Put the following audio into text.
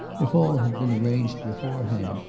if all had been arranged beforehand,